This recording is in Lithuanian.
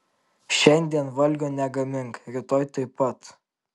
šiandien valgio negamink rytoj taip pat